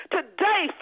Today